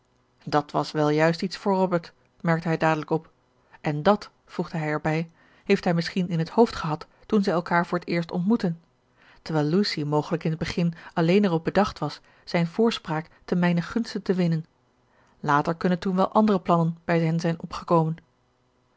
dàt was wel juist iets voor robert merkte hij dadelijk op en dàt voegde hij erbij heeft hij misschien in het hoofd gehad toen zij elkaar voor t eerst ontmoetten terwijl lucy mogelijk in t begin alleen erop bedacht was zijn voorspraak te mijnen gunste te winnen later kunnen toen wel andere plannen bij hen zijn opgekomen